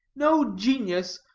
no genius,